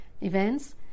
events